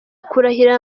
kurahirira